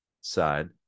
side